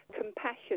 compassion